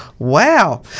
Wow